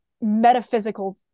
metaphysical